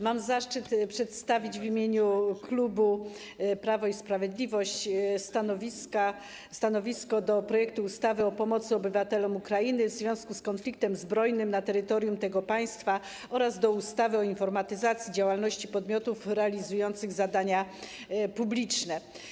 Mam zaszczyt przedstawić w imieniu klubu Prawo i Sprawiedliwość stanowisko odnośnie do projektu ustawy o pomocy obywatelom Ukrainy w związku z konfliktem zbrojnym na terytorium tego państwa oraz odnośnie do ustawy o informatyzacji działalności podmiotów realizujących zadania publiczne.